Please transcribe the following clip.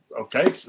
okay